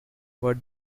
what